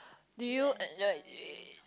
do you enjoy